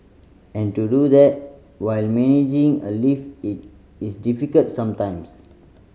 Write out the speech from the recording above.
and to do that while managing a lift is difficult sometimes